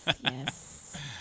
Yes